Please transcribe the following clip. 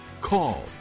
call